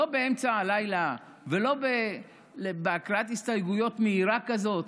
לא באמצע הלילה ולא בהקראת הסתייגויות מהירה כזאת,